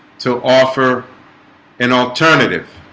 to offer an alternative